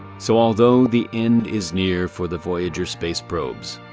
so although the end is near for the voyager space probes,